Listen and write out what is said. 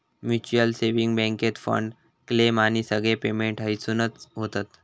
mutual saving बॅन्केत fund, claim आणि सगळे पेमेंट हयसूनच होतत